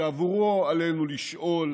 שעבורו עלינו לשאול